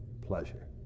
pleasure